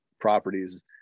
properties